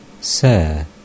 Sir